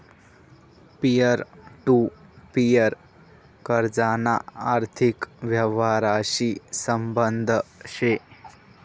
peer to peer कर्जना आर्थिक यवहारशी संबंध शे